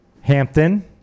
Hampton